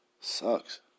Sucks